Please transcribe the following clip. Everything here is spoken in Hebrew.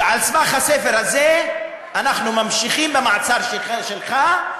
ועל סמך הספר הזה אנחנו ממשיכים במעצר שלך,